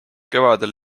kevadel